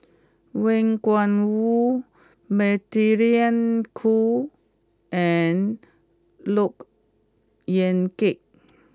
Wang Gungwu Magdalene Khoo and Look Yan Kit